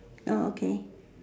orh okay